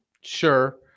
Sure